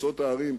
בחוצות הערים,